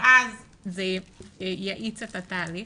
ואז זה יאיץ את התהליך.